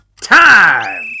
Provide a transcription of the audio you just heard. Time